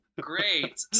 Great